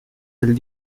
del